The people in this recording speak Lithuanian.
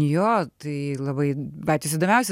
jo tai labai patys įdomiausi